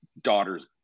daughter's